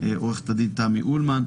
-- עורכת הדין תמי אולמן,